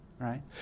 Right